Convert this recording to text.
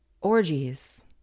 Orgies